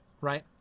right